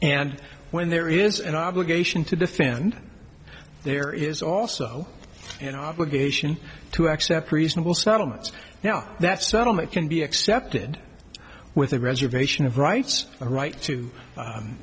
and when there is an obligation to defend there is also an obligation to accept reasonable settlements now that settlement can be accepted with a reservation of rights a right to